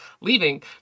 leaving